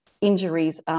injuries